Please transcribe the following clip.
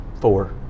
four